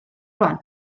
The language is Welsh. rŵan